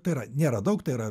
tai yra nėra daug tai yra